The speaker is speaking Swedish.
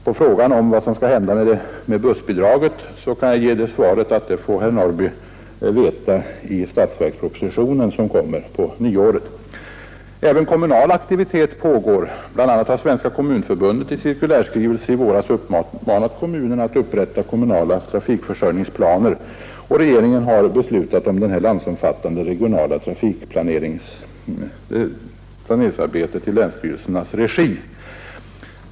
På frågan vad som skall hända med bussbidraget vill jag svara att det får herr Norrby veta i statsverkspropositionen, som läggs fram på nyåret. Även kommunal aktivitet pågår. Bl. a. har Svenska kommunförbundet i cirkulärskrivelse i våras uppmanat kommunerna att upprätta kommunala trafikförsörjningsplaner, och regeringen har beslutat om en landsomfattande regional trafikplanering i länsstyrelsernas regi.